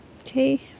Okay